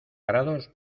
grados